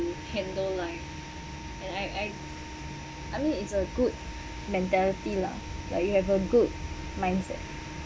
handle like and I I I mean it's a good mentality lah like you have a good mindset